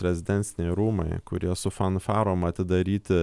rezidenciniai rūmai kurie su fanfarom atidaryti